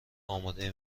امادهی